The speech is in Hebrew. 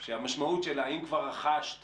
שהמשמעות שלה, אם רכשת